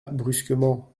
brusquement